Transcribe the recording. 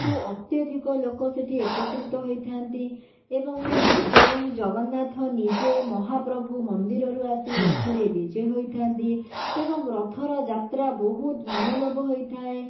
ରୁ ଅତ୍ୟଧିକ ଲୋକ ସେଠି ଏକତ୍ରିତ ହୋଇଥାନ୍ତି ଏବଂ ସ୍ୱୟଂ ଜଗନ୍ନାଥ ନିଜେ ମହାପ୍ରଭୁ ମନ୍ଦିରରୁ ଆସି ରଥରେ ବିଜେ ହୋଇଥାନ୍ତି ଏବଂ ରଥର ଯାତ୍ରା ବହୁତ ମନୋଲୋଭ ହୋଇଥାଏ